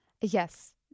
Yes